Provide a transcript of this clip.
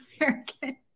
American